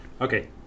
okay